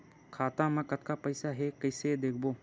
खाता मा कतका पईसा हे कइसे देखबो?